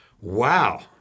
Wow